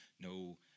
no